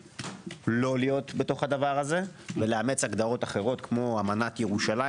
לא להיות בתוך הדבר הזה ולאמץ הגדרות אחרות כמו אמנת ירושלים